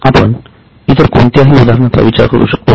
आपण इतर कोणत्याही उदाहरण विचार करू शकतो का